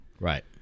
Right